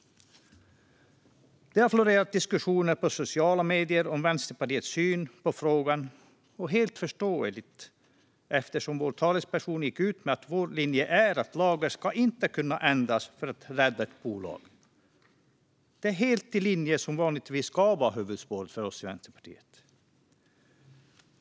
Det har florerat diskussioner på sociala medier om Vänsterpartiets syn på frågan - helt förståeligt eftersom vår talesperson gick ut med att vår linje är att lagar inte ska kunna ändras för att rädda ett bolag. Det är helt i linje med vad som vanligtvis ska vara huvudspåret för oss i Vänsterpartiet.